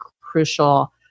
crucial